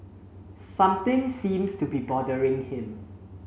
something seems to be bothering him